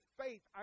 faith